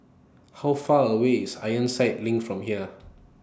How Far away IS Ironside LINK from here